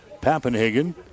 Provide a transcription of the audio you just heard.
Pappenhagen